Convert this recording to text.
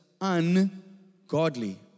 ungodly